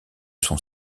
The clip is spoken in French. son